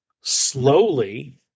slowly